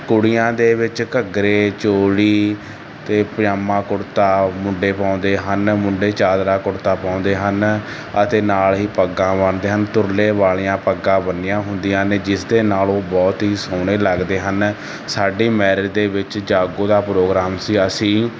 ਕੁੜੀਆਂ ਦੇ ਵਿੱਚ ਘੱਗਰੇ ਚੋਲੀ ਅਤੇ ਪਜਾਮਾ ਕੁੜਤਾ ਮੁੰਡੇ ਪਾਉਂਦੇ ਹਨ ਮੁੰਡੇ ਚਾਦਰਾ ਕੁੜਤਾ ਪਾਉਂਦੇ ਹਨ ਅਤੇ ਨਾਲ ਹੀ ਪੱਗਾਂ ਬੰਨਦੇ ਹਨ ਤੁਰਲੇ ਵਾਲੀਆਂ ਪੱਗਾਂ ਬੰਨੀਆਂ ਹੁੰਦੀਆਂ ਨੇ ਜਿਸ ਦੇ ਨਾਲ ਉਹ ਬਹੁਤ ਹੀ ਸੋਹਣੇ ਲੱਗਦੇ ਹਨ ਸਾਡੀ ਮੈਰਿਜ ਦੇ ਵਿੱਚ ਜਾਗੋ ਦਾ ਪ੍ਰੋਗਰਾਮ ਸੀ ਅਸੀਂ